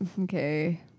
Okay